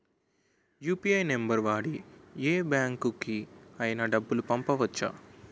UPI number వాడి యే బ్యాంకుకి అయినా డబ్బులు పంపవచ్చ్చా?